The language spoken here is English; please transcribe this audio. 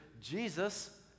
Jesus